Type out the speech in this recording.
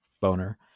boner